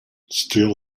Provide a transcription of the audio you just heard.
steel